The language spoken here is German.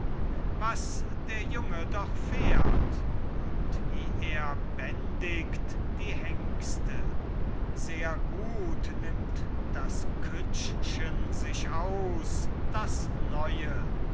was der junge doch fährt und wie er bändigt die hengste sehr gut nimmt das kütschchen sich aus das neue